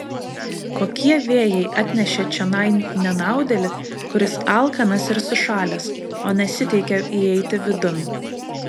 kokie vėjai atnešė čionai nenaudėlį kuris alkanas ir sušalęs o nesiteikia įeiti vidun